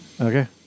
Okay